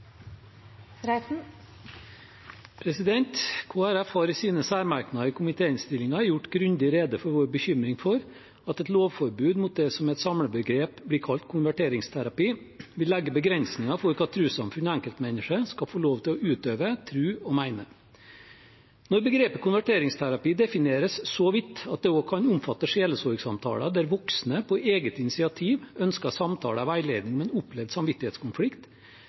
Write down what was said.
har i sine særmerknader i komitéinnstillingen gjort grundig rede for vår bekymring for at et lovforbud mot det som med et samlebegrep blir kalt konverteringsterapi, vil legge begrensninger for hva trossamfunn og enkeltmennesker skal få lov til å utøve, tro og mene. Når begrepet «konverteringsterapi» defineres så vidt at det også kan omfatte sjelesorgssamtaler der voksne på eget initiativ ønsker samtale og veiledning om en opplevd samvittighetskonflikt,